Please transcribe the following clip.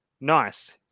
nice